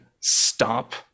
stop